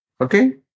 Okay